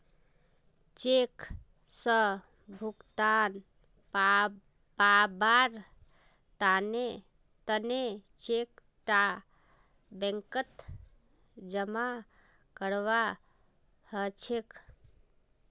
cheque स भुगतान पाबार तने चेक टा बैंकत जमा करवा हछेक